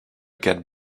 get